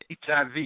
HIV